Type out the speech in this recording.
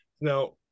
Now